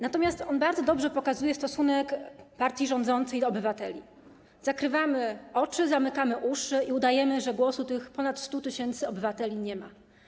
Natomiast on dobrze pokazuje stosunek partii rządzącej do obywateli: zakrywamy oczy, zamykamy uszy i udajemy, że głosu tych ponad 100 tys. obywateli nie ma.